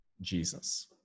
Jesus